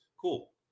Cool